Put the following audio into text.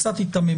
זו קצת היתממות.